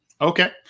Okay